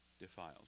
defiled